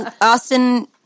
Austin